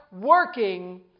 working